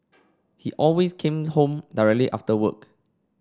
he always came home directly after work